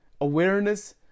awareness